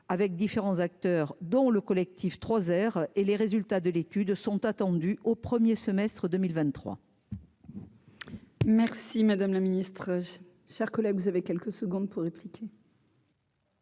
avec différents acteurs dont le collectif trois heures et les résultats de l'étude sont attendus au 1er semestre 2023. Merci madame la ministre, chers collègues, vous avez quelques secondes pour répliquer.